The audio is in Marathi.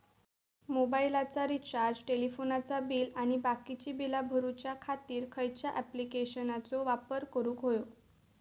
मोबाईलाचा रिचार्ज टेलिफोनाचा बिल आणि बाकीची बिला भरूच्या खातीर खयच्या ॲप्लिकेशनाचो वापर करूक होयो?